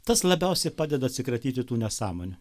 tas labiausiai padeda atsikratyti tų nesąmonių